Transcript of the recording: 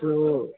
तो